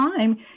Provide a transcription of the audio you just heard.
time